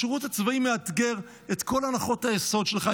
השירות הצבאי מאתגר את כל הנחות היסוד שלך,